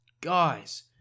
guys